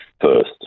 first